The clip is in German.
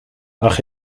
ach